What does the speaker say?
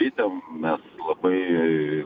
bitėm mes labai